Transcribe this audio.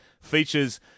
Features